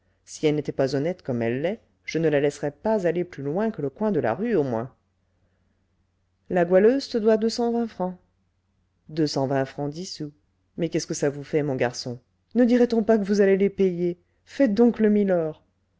si elle n'était pas honnête comme elle l'est je ne la laisserais pas aller plus loin que le coin de la rue au moins la goualeuse te doit deux cent vingt francs deux cent vingt francs dix sous mais qu'est-ce que ça vous fait mon garçon ne dirait-on pas que vous allez les payer faites donc le